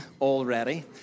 already